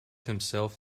himself